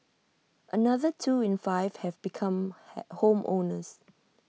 another two in five have become hey home owners